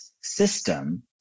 system